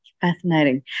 Fascinating